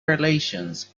relations